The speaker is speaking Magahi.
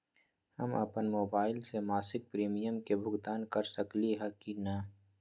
हम अपन मोबाइल से मासिक प्रीमियम के भुगतान कर सकली ह की न?